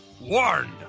warned